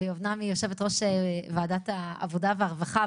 ואומנם היא יושבת ראש ועדת העבודה והרווחה,